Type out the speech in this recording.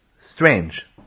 strange